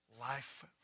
life